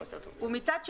מצד שני,